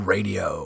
Radio